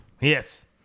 Yes